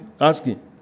asking